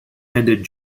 ended